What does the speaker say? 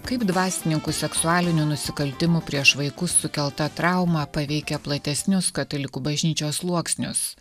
kaip dvasininkų seksualinių nusikaltimų prieš vaikus sukelta trauma paveikia platesnius katalikų bažnyčios sluoksnius